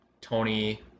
Tony